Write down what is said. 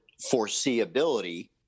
foreseeability